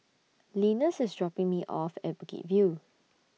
Linus IS dropping Me off At Bukit View